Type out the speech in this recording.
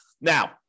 Now